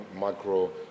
macro